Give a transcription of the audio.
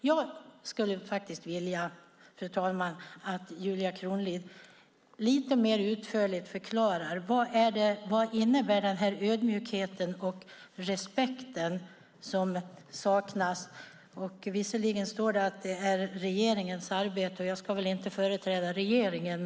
Jag skulle vilja, fru talman, att Julia Kronlid lite mer utförligt förklarar vad denna ödmjukhet och respekt som saknas innebär. Visserligen står det att det gäller regeringens arbete, och jag ska väl inte företräda regeringen.